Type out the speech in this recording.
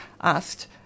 asked